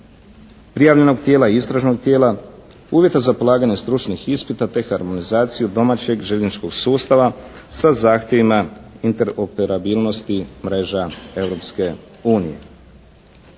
prijavljenog tijela, istražnog tijela, uvjeta za polaganje stručnih ispita, te harmonizaciju domaćeg željezničkog sustava sa zahtjevima interoperabilnosti mreža